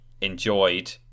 enjoyed